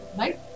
right